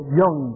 young